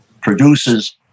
produces